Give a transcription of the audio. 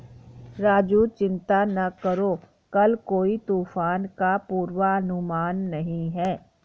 राजू चिंता ना करो कल कोई तूफान का पूर्वानुमान नहीं है